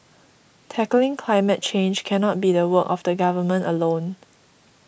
tackling climate change cannot be the work of the government alone